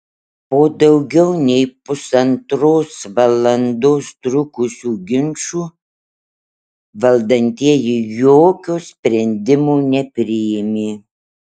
po daugiau nei pusantros valandos trukusių ginčų valdantieji jokio sprendimo nepriėmė